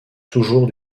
toujours